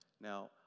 Now